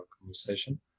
conversation